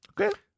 Okay